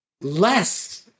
less